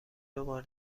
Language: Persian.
دوبار